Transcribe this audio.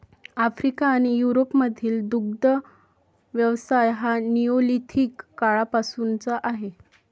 Africa आणि युरोपमधील दुग्ध व्यवसाय हा निओलिथिक काळापासूनचा आहे